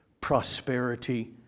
prosperity